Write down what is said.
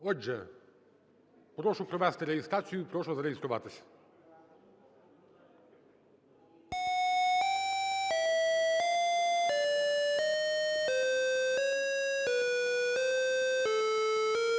Отже, прошу провести реєстрацію, прошу зареєструватись.